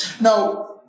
Now